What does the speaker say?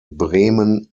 bremen